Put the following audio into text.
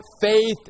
faith